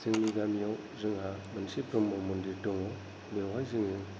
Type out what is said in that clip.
जोंनि गामियाव जोंहा मोनसे ब्रह्म मन्दिर दङ बेवहाय जोङो